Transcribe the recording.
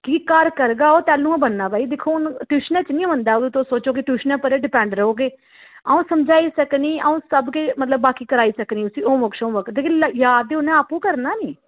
कि घर करगा ओह् तैह्लूं गै बनना भाई दिक्खो हून ट्यूशनै च निं बनदा हून तुस सोचो कि ट्यूशन पर ई डिपैंड रौह्ग एह् कि अ'ऊं समझाई सकनी अ'ऊं सब किश मतलब बाकी कराई सकनी उस्सी होमवर्क शोमवर्क लेकिन याद ते उनै आपूं करना निं